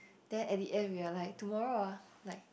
then at the end we are like tomorrow ah like